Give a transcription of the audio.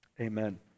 amen